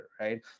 right